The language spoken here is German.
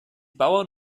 bauern